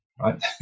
right